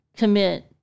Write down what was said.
commit